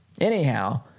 Anyhow